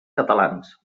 catalans